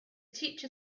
teacher